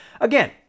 again